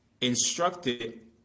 instructed